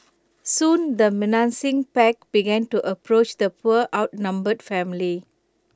soon the menacing pack began to approach the poor outnumbered family